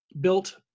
built